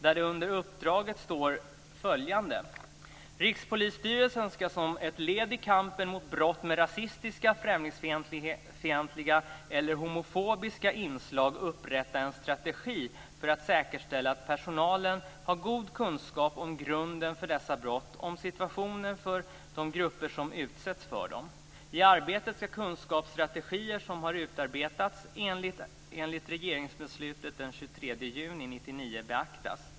Där står under rubriken uppdraget bl.a. följande: "Rikspolisstyrelsen skall, som ett led i kampen mot brott med rasistiska, främlingsfientliga eller homofobiska inslag, upprätta en strategi för att säkerställa att personalen har god kunskap om grunden för dessa brott och om situationen för de grupper som utsätts för dem. I arbetet ska kunskapsstrategier som har utarbetats enligt regeringsbeslutet den 23 juni 1999 beaktas.